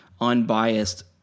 unbiased